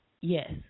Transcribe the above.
yes